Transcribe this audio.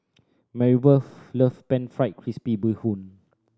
Maribeth love Pan Fried Crispy Bee Hoon